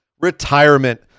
retirement